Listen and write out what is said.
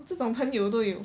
这种朋友都有